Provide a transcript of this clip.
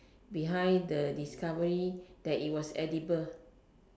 behind the discovery that it was edible